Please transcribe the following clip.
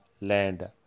land